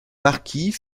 marquis